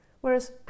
whereas